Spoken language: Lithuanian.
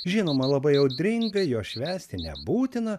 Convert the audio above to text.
žinoma labai audringai jos švęsti nebūtina